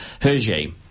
Hergé